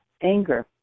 anger